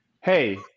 Hey